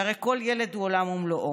שהרי כל ילד הוא עולם ומלואו.